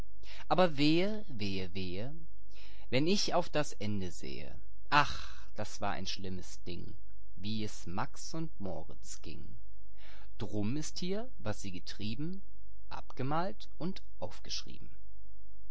aber wehe wehe wehe wenn ich auf das ende sehe ach das war ein schlimmes ding wie es max und moritz ging drum ist hier was sie getrieben abgemalt und aufgeschrieben